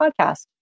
podcast